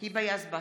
היבה יזבק,